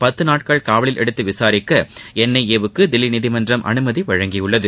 பத்து நாட்கள் காவலில் எடுத்து விசாரிக்க என்ற ஐ ஏ வுக்கு தில்லி நீதிமன்றம் அனுமதி வழங்கியுள்ளது